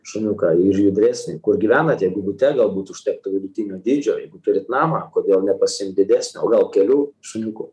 šuniuką ir judresnį kur gyvenat jeigu bute galbūt užtektų vidutinio dydžio jeigu turit namą kodėl nepasiimt didesnio o gal kelių šuniukų